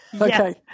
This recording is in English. Okay